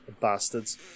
bastards